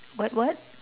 what what